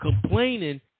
complaining